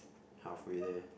halfway there